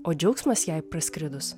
o džiaugsmas jai praskridus